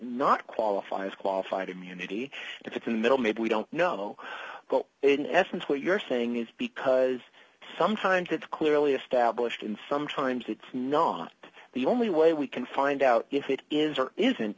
not qualify as qualified immunity if it's in the middle maybe we don't know but in essence what you're saying is because sometimes it's clearly established and sometimes it's not the only way we can find i doubt if it is or isn't